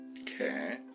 Okay